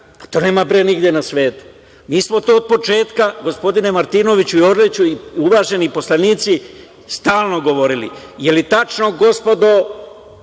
To nema nigde na svetu. Mi smo to od početka, gospodine Martinoviću, Orliću i uvaženi poslanici, stalno govorili. Da li je tačno, gospodo,